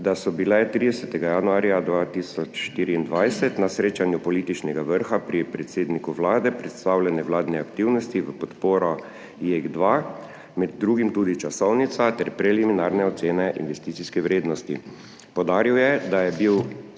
da so bile 30. januarja 2024 na srečanju političnega vrha pri predsedniku Vlade predstavljene vladne aktivnosti v podporo JEK2, med drugim tudi časovnica ter preliminarne ocene investicijske vrednosti. Poudaril je, da je bil